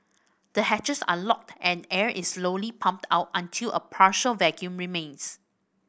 the hatches are locked and air is slowly pumped out until a partial vacuum remains